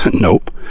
Nope